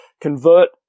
convert